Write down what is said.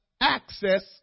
access